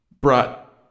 brought